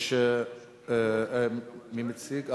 מי מציג?